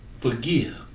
forgive